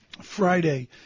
Friday